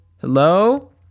hello